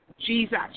Jesus